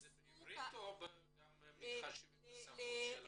זה בעברית או גם מתחשבים בשפות של העולים?